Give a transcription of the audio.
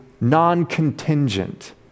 non-contingent